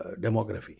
demography